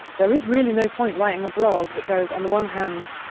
there is really no point writing a blog that goes, on the one hand,